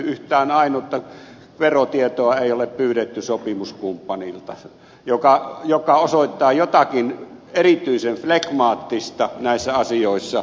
yhtään ainutta verotietoa ei ole pyydetty sopimuskumppanilta mikä osoittaa jotakin erityisen flegmaattista näissä asioissa